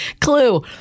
clue